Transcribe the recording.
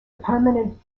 permanent